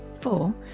Four